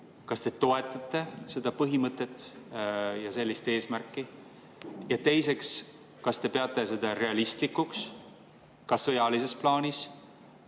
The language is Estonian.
kas te toetate seda põhimõtet ja sellist eesmärki? Teiseks, kas te peate seda realistlikuks ka sõjalises plaanis?